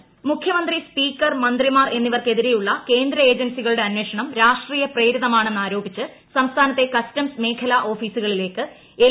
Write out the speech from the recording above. പ്രതിഷേധ മാർച്ച് മുഖ്യമന്ത്രി സ്പീക്കർ മന്ത്രിമാർ എന്നിവർക്കെതിരെയുള്ള കേന്ദ്ര ഏജൻസികളുടെ അന്വേഷണം രാഷ്ട്രീയ പ്രേരിതമാണെന്നാരോപിച്ച് സംസ്ഥാനത്തെ കസ്റ്റംസ് മേഖലാ ഓഫീസുകളിലേക്ക് എൽ